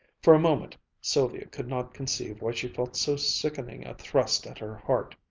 for a moment sylvia could not conceive why she felt so sickening a thrust at her heart.